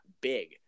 big